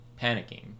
panicking